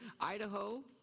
Idaho